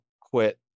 quit